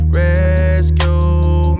rescue